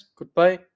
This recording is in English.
Goodbye